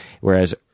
Whereas